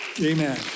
Amen